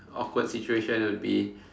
awkward situation would be